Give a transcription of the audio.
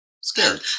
scared